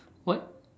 what